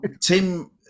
Tim